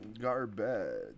Garbage